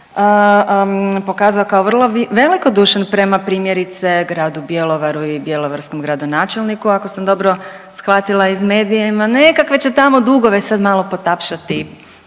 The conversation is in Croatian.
pokazao kao vrlo velikodušan prema, primjerice, Gradu Bjelovaru i bjelovarskom gradonačelniku, ako sam dobro shvatila iz medija, nekakve će tamo dugove sad malo potapšati,